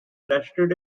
lasted